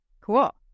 Cool